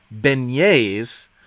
beignets